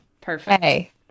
Perfect